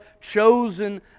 chosen